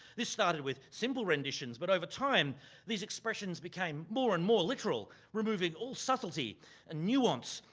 this started with symbol renditions, but over time these expressions became more and more literal, removing all subtlety and nuance,